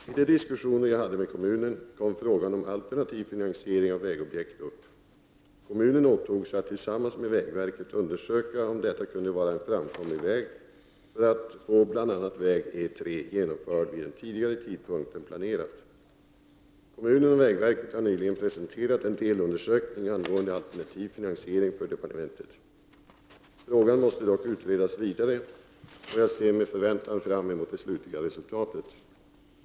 Vid de diskussioner jag hade med kommunen kom frågan om alternativ finansiering av vägobjekt upp. Kommunen åtog sig att tillsammans med vägverket undersöka om detta kunde vara en framkomlig väg för att få bl.a. projektet rörande väg E 3 genomfört vid en tidigare tidpunkt än planerat. Kommunen och vägverket har nyligen presenterat en delundersökning angående alternativ finansiering för departementet. Frågan måste dock utredas vidare, och jag ser med förväntan fram emot det slutliga resultatet.